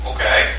Okay